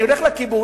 אני הולך לקיבוץ.